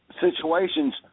situations